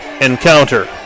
encounter